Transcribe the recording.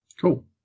Cool